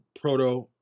proto